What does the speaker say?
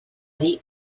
dir